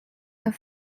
her